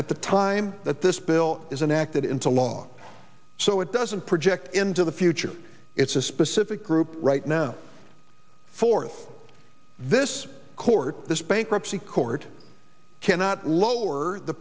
at the time that this bill is an act into law so it doesn't project into the future it's a specific group right now fourth this court this bankruptcy court cannot lower the